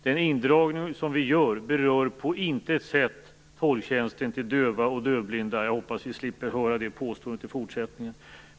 Den indragningen berör på intet sätt tolktjänsten till döva och dövblinda. Jag hoppas att vi slipper höra det påståendet i fortsättningen.